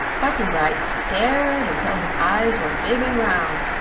button-bright stared until his eyes were big and round,